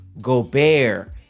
Gobert